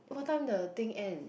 what time the thing end